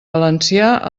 valencià